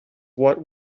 what